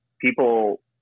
people